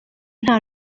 nta